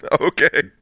Okay